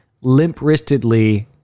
limp-wristedly